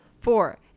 Four